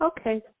Okay